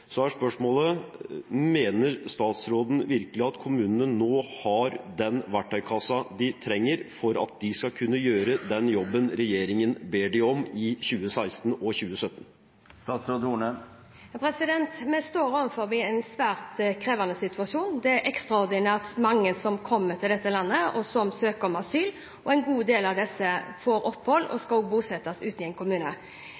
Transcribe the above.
Så er spørsmålet: Mener statsråden virkelig at kommunene nå har den verktøykassen de trenger for at de skal kunne gjøre den jobben regjeringen ber dem om, i 2016 og 2017? Vi står overfor en svært krevende situasjon. Det er ekstraordinært mange som kommer til dette landet, og som søker asyl, og en god del av disse får opphold og skal også bosettes ute i en kommune.